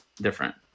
different